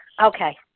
Okay